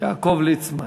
יעקב ליצמן.